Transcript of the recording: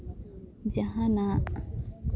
ᱡᱟᱦᱟᱱᱟᱜ